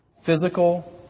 physical